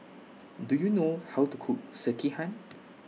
Do YOU know How to Cook Sekihan